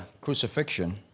crucifixion